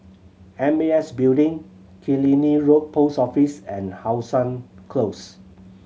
M A S Building Killiney Road Post Office and How Sun Close